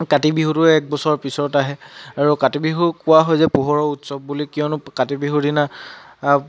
কাতি বিহুটো একবছৰ পিছত আহে আৰু কাতি বিহু কোৱা হয় যে পোহৰৰ উৎসৱ বুলি কিয়নো কাতি বিহুৰ দিনা